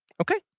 okay